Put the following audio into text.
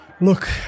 Look